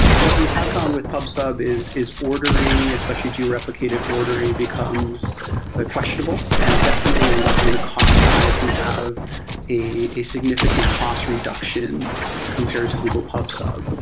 what we have found with pub sub is is ordering, especially geo-replicated ordering becomes ah questionable. and definitely on the on the cost side, we have a a significant cost reduction compared to google pub sub,